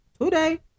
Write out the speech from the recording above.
today